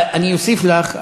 אני אוסיף לך,